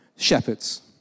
Shepherds